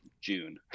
June